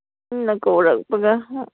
ꯃꯤꯅ ꯀꯧꯔꯛꯄꯒ